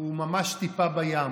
הוא ממש טיפה בים.